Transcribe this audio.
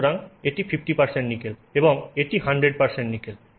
সুতরাং এটি 50 নিকেল এবং এটি 100 নিকেল 100 নিকেল